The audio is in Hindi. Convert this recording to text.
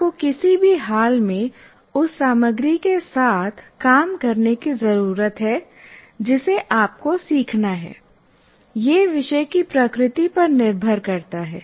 आपको किसी भी हाल में उस सामग्री के साथ काम करने की ज़रूरत है जिसे आपको सीखना है यह विषय की प्रकृति पर निर्भर करता है